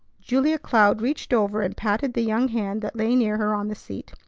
julia cloud reached over and patted the young hand that lay near her on the seat.